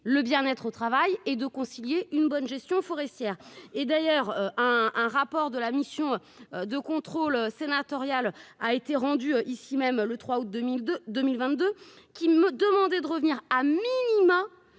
le bien-être au travail et de concilier une bonne gestion forestière, et d'ailleurs un un rapport de la mission de contrôle sénatoriale a été rendue ici même le 3 août 2002 2022. Qui me demandaient de revenir à minima